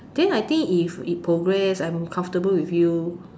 then I think if it progress I'm comfortable with you